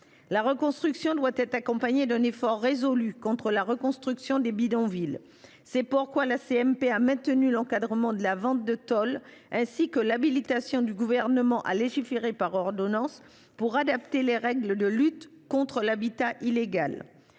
La reconstruction doit être accompagnée d’un effort résolu contre le retour des bidonvilles. C’est pourquoi la CMP a maintenu l’encadrement de la vente de tôles, ainsi que l’habilitation du Gouvernement à légiférer par ordonnances pour adapter les règles de lutte contre l’habitat illégal.